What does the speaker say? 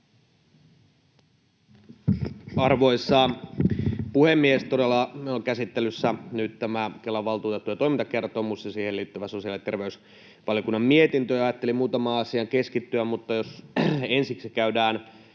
Arvoisa puhemies! Todella meillä on käsittelyssä nyt tämä Kelan valtuutettujen toimintakertomus ja siihen liittyvä sosiaali- ja terveysvaliokunnan mietintö. Ajattelin muutamaan asiaan keskittyä, mutta jos ensiksi käydään